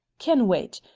can wait.